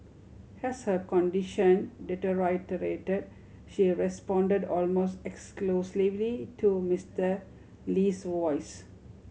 has her condition deteriorated she responded almost exclusively to Mister Lee's voice